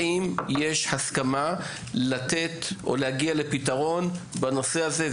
האם יש הסכמה לתת או להגיע לפתרון בנושא הזה?